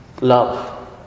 love